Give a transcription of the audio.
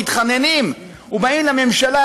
מתחננים ובאים לממשלה,